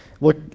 Look